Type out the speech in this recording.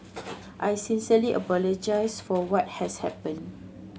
I sincerely apologise for what has happened